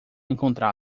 encontrá